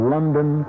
London